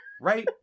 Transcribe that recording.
right